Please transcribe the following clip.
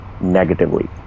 negatively